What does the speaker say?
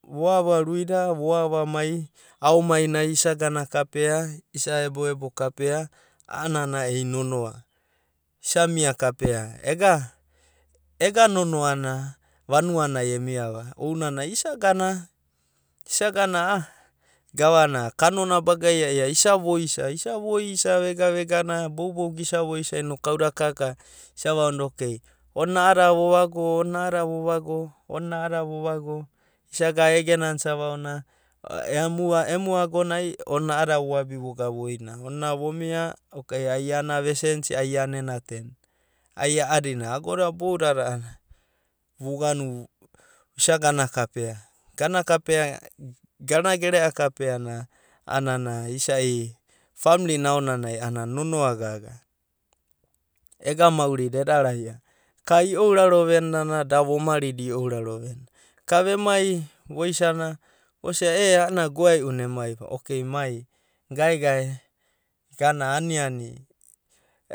Va ava rui da, vo avanea isa ava kapea isa mia kapea, ega nono ana vanua nai emia ava ounanei isa gana, isa gana a’a kana baga ia ia isa voi, na noku kau da isa vaonada, onina a’anana vo vagoi a, onina a’aenana vo vagovago, onina a’a kepa’ana v ova goia. Isa gana ege nana isa vaona onina emu agonai, onina vogana a’a, onina voina, ai vu senisi onina ai vonia, iana, ai iana ego na, ai a’adina, ago da bouda, a’anana voganu, isa gana kapea, gana gerea kapea a’anana isai famili na ao aonanai nonoa gaga ega maurida eda nonoa gaga, ka iouraro veninana da vo maridi iouraro venia. Ka vemai, voisana, vosia ea a’anana goaeu na emai, okay mai gaegae gana ani ani,